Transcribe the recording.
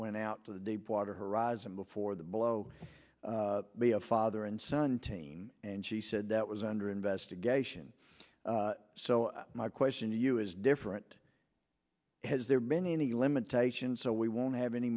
went out to the deepwater horizon before the blow be a father and son team and she said that was under investigation so my question to you is different has there been any limitations so we won't have any